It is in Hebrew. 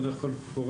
או דרך קול קורא,